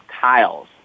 tiles